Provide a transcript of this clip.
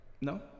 No